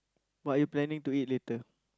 what are you planning to eat later